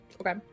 Okay